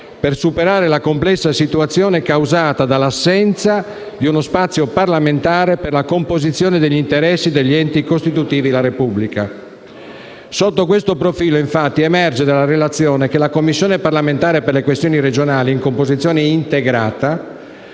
per superare la complessa situazione causata dall'assenza di uno spazio parlamentare per la composizione degli interessi degli enti costitutivi della Repubblica. Sotto questo profilo, infatti, emerge dalla relazione che la Commissione parlamentare per le questioni regionali in composizione integrata